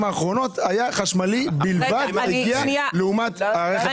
האחרונות היה חשמלי בלבד לעומת רכב הבנזין.